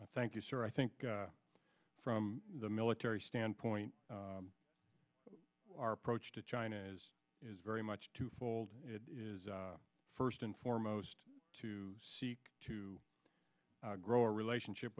thank you sir i think from the military standpoint our approach to china is very much two fold it is first and foremost to seek to grow a relationship